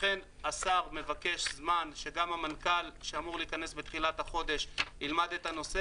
לכן השר מבקש זמן שגם המנכ"ל שאמור להיכנס בתחילת החודש ילמד את הנושא,